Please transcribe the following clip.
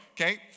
Okay